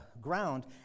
ground